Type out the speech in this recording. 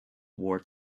war